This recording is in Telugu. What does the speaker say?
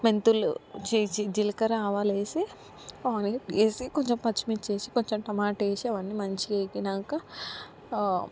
మెంతులు జీ జీ జీలకర్ర ఆవాలు వేసి ఆనియన్ వేసి కొంచుం పచ్చిమిర్చేసి కొంచెం టమాటేసి అవన్నీ మంచిగా వేగినాక